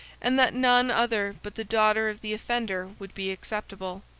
and that none other but the daughter of the offender would be acceptable.